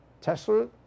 Tesla